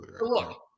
Look